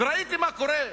וראיתי מה קורה.